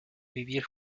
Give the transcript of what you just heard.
vivir